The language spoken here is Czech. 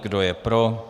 Kdo je pro?